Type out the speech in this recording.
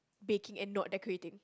baking and not decorating